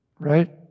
Right